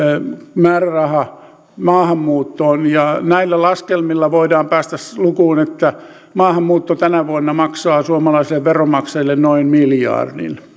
määräraha maahanmuuttoon näillä laskelmilla voidaan päästä lukuun että maahanmuutto tänä vuonna maksaa suomalaisille veronmaksajille noin miljardin